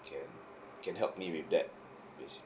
can can help me with that please